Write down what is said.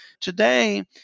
Today